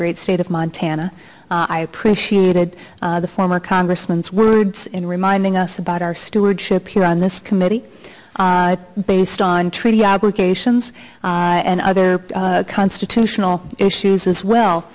great state of montana i appreciated the former congressman's words in reminding us about our stewardship here on this committee based on treaty obligations and other constitutional issues as well